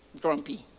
grumpy